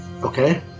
Okay